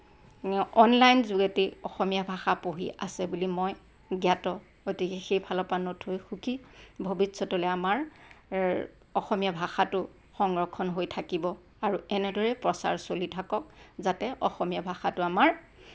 online যোগেদি অসমীয়া ভাষা পঢ়ি আছে বুলি মই জ্ঞাত গতিকে সেইফালৰ পৰা নথৈ সুখী ভৱিষ্যতলৈ আমাৰ অসমীয়া ভাষাটো সংৰক্ষণ হৈ থাকিব আৰু এনেদৰেই প্ৰচাৰ হৈ থাকক যাতে অসমীয়া ভাষাটো আমাৰ